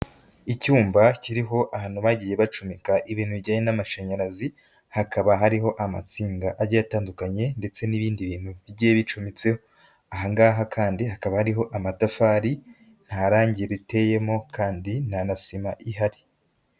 Icyumba kiriho ahantu bagiye bacumika ibintu bijyanye n'amashanyarazi, hakaba hariho amatsinda agiye atandukanye, ndetse n'ibindi bintu bigiye bicumitseho, aha ngaha kandi hakaba hariho amatafari ntarangi riteyemo kandi nta na sima ihari.